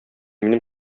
минем